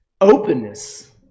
openness